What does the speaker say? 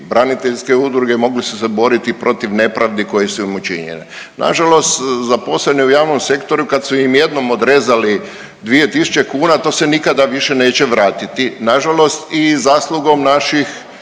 braniteljske udruge, mogli su se boriti protiv nepravdi koje su im učinjene. Nažalost zaposleni u javnom sektoru, kad su im jednom odrezali 2000 kuna, to se nikada više neće vratiti, nažalost i zaslugom naših